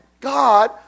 God